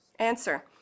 Answer